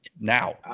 now